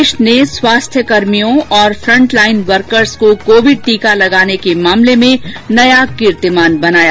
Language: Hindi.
देश ने स्वास्थ्य कर्भियों और फ्रंटलाईन वर्कर्स को कोविड टीका लगाने के मामले में नया कीर्तिमान बनाया